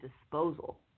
disposal